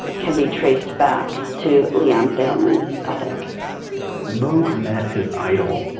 can be traced back to leon theremin's ethic moog met his idol,